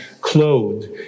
clothed